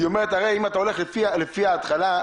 הרי אם אתה הולך לפי ההתחלה,